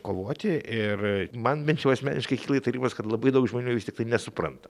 kovoti ir man bent jau asmeniškai kyla įtarimas kad labai daug žmonių vis tiktai nesupranta